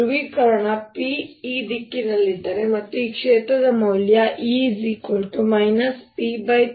ಧ್ರುವೀಕರಣ P ಈ ದಿಕ್ಕಿನಲ್ಲಿದ್ದರೆ ಮತ್ತು ಈ ಕ್ಷೇತ್ರದ ಮೌಲ್ಯ E P30x